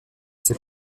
ses